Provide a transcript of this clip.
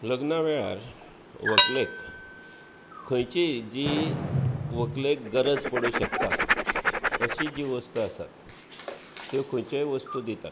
लग्ना वेळार व्हंकलेक खंयचीय जी व्हंकलेक गरज पडूंक शकता अशीं जीं वस्तू आसात त्यो खंयच्योय वस्तू दितात